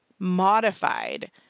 modified